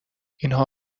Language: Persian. اینها